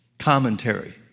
commentary